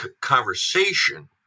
conversation